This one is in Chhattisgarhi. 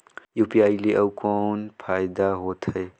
यू.पी.आई ले अउ कौन फायदा होथ है?